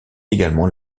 également